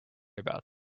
about